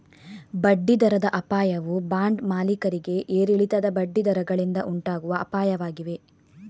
ಬಡ್ಡಿ ದರದ ಅಪಾಯವು ಬಾಂಡ್ ಮಾಲೀಕರಿಗೆ ಏರಿಳಿತದ ಬಡ್ಡಿ ದರಗಳಿಂದ ಉಂಟಾಗುವ ಅಪಾಯವಾಗಿದೆ